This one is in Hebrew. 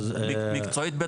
אבל מקצועית צריך שניים?